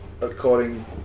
according